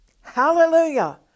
Hallelujah